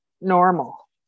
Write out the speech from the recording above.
normal